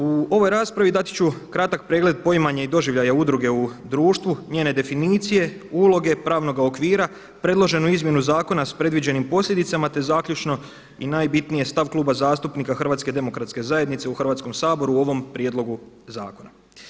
U ovoj raspravi dati ću kratak pregled poimanja i doživljaja udruge u društvu, njene definicije, uloge, pravnoga okvira, predloženu izmjenu zakona s predviđenim posljedicama, te zaključno i najbitnije stav Kluba zastupnika Hrvatske demokratske zajednice u Hrvatskom saboru u ovom prijedlogu zakona.